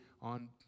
on